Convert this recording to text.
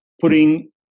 putting